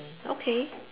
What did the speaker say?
okay